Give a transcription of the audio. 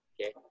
Okay